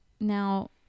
Now